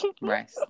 right